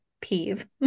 peeve